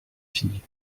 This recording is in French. filles